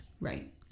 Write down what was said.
Right